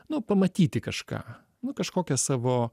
nu pamatyti kažką nu kažkokią savo